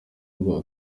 rwa